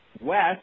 West